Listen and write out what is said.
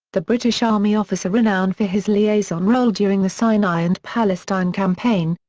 the british army officer renowned for his liaison role during the sinai and palestine campaign,